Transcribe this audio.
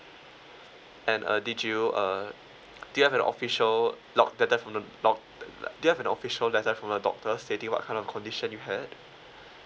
and uh did you uh do you have an official the letter from do you have an official letter from a doctor stating what kind of condition you had